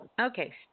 Okay